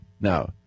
Now